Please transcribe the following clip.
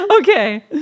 Okay